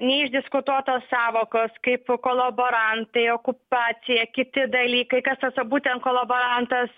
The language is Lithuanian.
neišdiskutuotos sąvokos kaip kolaborantai okupacija kiti dalykai kas tas būtent kolaborantas